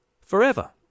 forever